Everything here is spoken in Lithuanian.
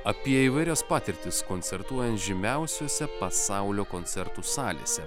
apie įvairias patirtis koncertuojant žymiausiose pasaulio koncertų salėse